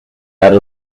out